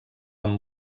amb